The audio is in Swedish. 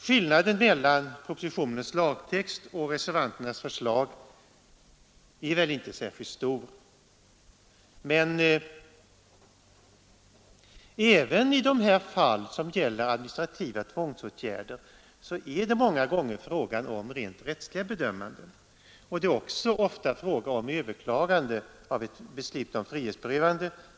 Skillnaden mellan propositionens lagtext och reservanternas förslag är väl inte särskilt stor, men även i de fall som gäller administrativa tvångsåtgärder är det många gånger fråga om rent rättsliga bedömanden, och ofta är det också fråga om överklagande till högre instans av ett beslut om frihetsberövande.